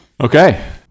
Okay